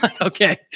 Okay